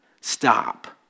Stop